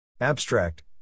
Abstract